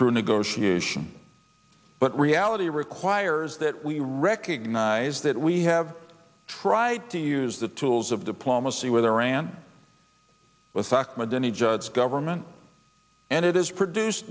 through negotiation but reality requires that we recognize that we have tried to use the tools of diplomacy with iran with fact my denny judd's government and it has produced